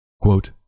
Quote